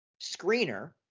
screener